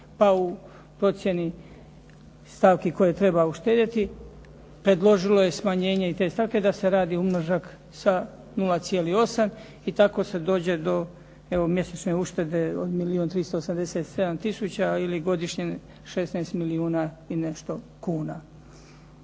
pao u procjeni stavki koje treba uštedjeti. Predložilo je i smanjenje te stavke da se radi umnožak sa 0,8 i tako se dođe do evo mjesečne uštede od milijun 387 tisuća ili godišnje 16 milijuna i nešto kuna.